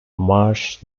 marsh